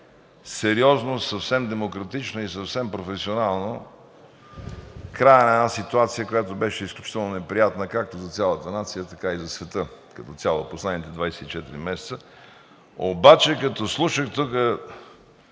сериозно, съвсем демократично и съвсем професионално края на една ситуация, която беше изключително неприятна както за цялата нация, така и за света като цяло в последните 24 месеца. Обаче като слушах тука